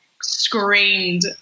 screamed